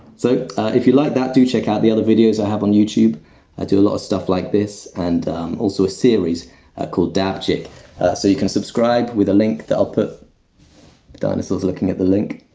so if you like that, do check out the other videos i have on youtube i do a lot of stuff like this, and also a series called dabchick so you can subscribe with the link that i'll put dinosaur's looking at the link